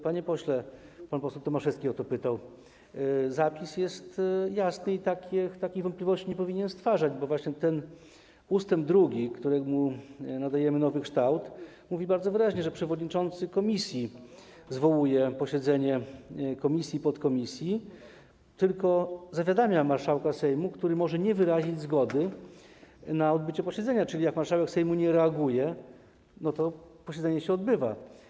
Panie pośle - pan poseł Tomaszewski o to pytał - zapis jest jasny i takich wątpliwości nie powinien stwarzać, bo właśnie ten ust. 2, któremu nadajemy nowy kształt, mówi bardzo wyraźnie, że przewodniczący komisji zwołuje posiedzenie komisji i podkomisji, tylko zawiadamia marszałka Sejmu, który może nie wyrazić zgody na odbycie posiedzenia, czyli jak marszałek Sejmu nie reaguje, to posiedzenie się odbywa.